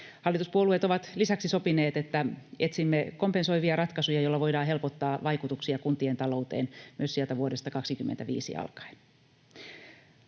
Hallituspuolueet ovat lisäksi sopineet, että etsimme kompensoivia ratkaisuja, joilla voidaan helpottaa vaikutuksia kuntien talouteen myös sieltä vuodesta 25 alkaen.